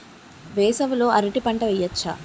వేసవి లో అరటి పంట వెయ్యొచ్చా?